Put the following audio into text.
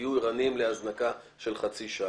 תהיו ערניים להזנקה של חצי שעה.